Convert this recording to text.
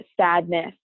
sadness